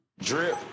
Drip